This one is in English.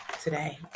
today